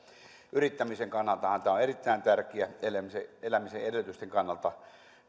yrittämisen kannaltahan tämä on erittäin tärkeä ja myös elämisen edellytysten kannalta